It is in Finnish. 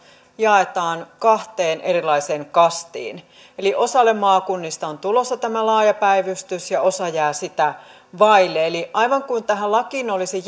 jaetaan kahteen erilaiseen kastiin eli osalle maakunnista on tulossa tämä laaja päivystys ja osa jää sitä vaille aivan kuin tähän lakiin olisi